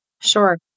Sure